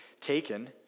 taken